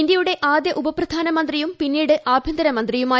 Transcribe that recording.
ഇന്ത്യയുടെ ആദ്യ ഉപപ്രധാനമന്ത്രിയും പിന്നീട് ആഭ്യന്തര മന്ത്രിയുമായി